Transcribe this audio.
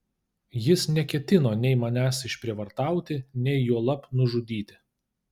jis neketino nei manęs išprievartauti nei juolab nužudyti